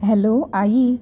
hello Aai